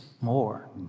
more